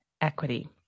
equity